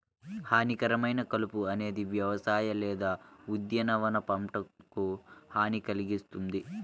హానికరమైన కలుపు అనేది వ్యవసాయ లేదా ఉద్యానవన పంటలకు హాని కల్గిస్తుంది